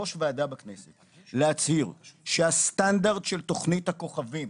של ראש ועדה בכנסת שהסטנדרט של תוכנית הכוכבים,